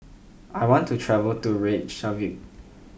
I want to travel to Reykjavik